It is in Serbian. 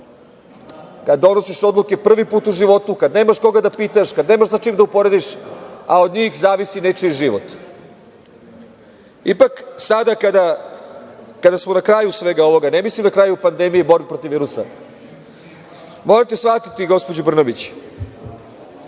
kad donosiš odluke prvi put u životu, kad nemaš koga da pitaš, kad nemaš sa čim da uporediš, a od njih zavisi nečiji život. Ipak, sada kada smo na kraju svega ovoga, ne mislim na kraju pandemije i borbe protiv virusa, morate shvatiti, gospođo Brnabić,